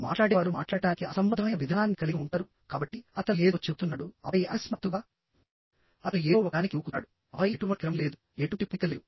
మాట్లాడేవారు మాట్లాడటానికి అసంబద్ధమైన విధానాన్ని కలిగి ఉంటారు కాబట్టి అతను ఏదో చెబుతున్నాడు ఆపై అకస్మాత్తుగా అతను ఏదో ఒకదానికి దూకుతున్నాడు ఆపై ఎటువంటి క్రమం లేదు ఎటువంటి పొందిక లేదు